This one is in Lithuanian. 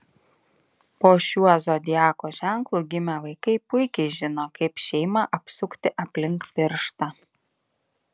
po šiuo zodiako ženklu gimę vaikai puikiai žino kaip šeimą apsukti aplink pirštą